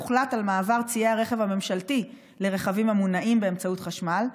הוחלט על מעבר צי הרכב הממשלתי לרכבים המונעים באמצעות חשמל,